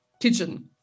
kitchen